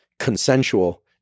Consensual